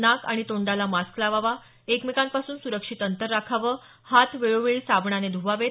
नाक आणि तोंडाला मास्क लावावा एकमेकांपासून सुरक्षित अंतर राखावं हात वेळोवेळी साबणाने ध्वावेत